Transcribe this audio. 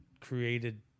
created